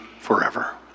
forever